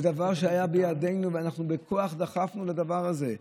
זה דבר שהיה בידינו, ואנחנו בכוח דחפנו לדבר הזה.